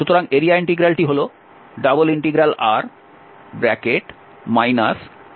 সুতরাং এরিয়া ইন্টিগ্রালটি হল ∬R F1∂ydA